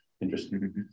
interesting